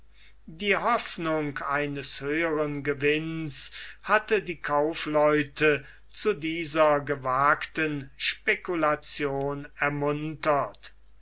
die hoffnung eines höheren gewinns hatte die kaufleute zu dieser gewagten spekulation ermuntert